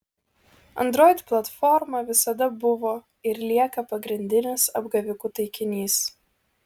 android platforma visada buvo ir lieka pagrindinis apgavikų taikinys